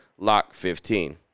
LOCK15